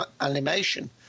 animation